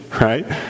right